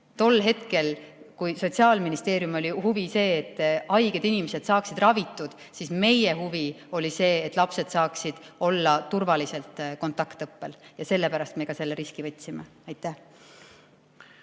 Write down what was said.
Tol hetkel, kui Sotsiaalministeeriumi huvi oli see, et haiged inimesed saaksid ravitud, oli meie huvi see, et lapsed saaksid olla turvaliselt kontaktõppel, ja sellepärast me selle riski võtsime. Hea